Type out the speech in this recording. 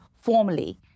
formally